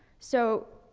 so